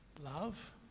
love